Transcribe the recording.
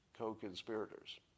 co-conspirators